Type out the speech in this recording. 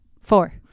Four